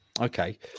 Okay